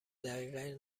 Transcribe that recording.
دقیقه